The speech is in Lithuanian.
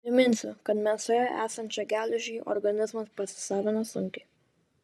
priminsiu kad mėsoje esančią geležį organizmas pasisavina sunkiai